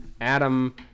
adam